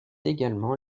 également